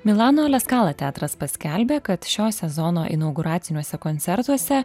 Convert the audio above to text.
milano aleskala teatras paskelbė kad šio sezono inauguraciniuose koncertuose